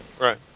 Right